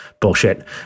bullshit